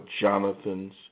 Jonathan's